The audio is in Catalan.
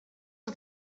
els